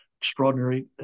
extraordinary